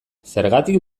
zergatik